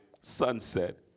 sunset